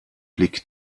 blick